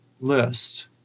list